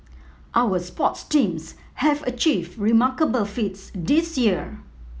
our sports teams have achieved remarkable feats this year